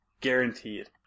guaranteed